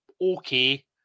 okay